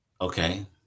okay